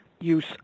use